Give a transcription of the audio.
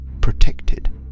protected